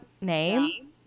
name